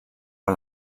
per